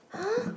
!huh!